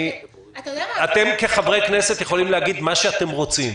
אתם כחברי כנסת יכולים להגיד מה שאתם רוצים.